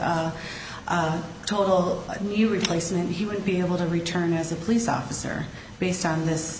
a total knee replacement he would be able to return as a police officer based on this